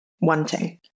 wanting